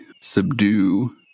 subdue